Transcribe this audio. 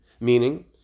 Meaning